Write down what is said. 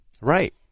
Right